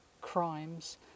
crimes